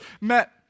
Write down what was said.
met